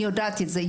אני יודעת את זה.